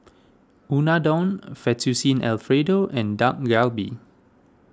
Unadon Fettuccine Alfredo and Dak Galbi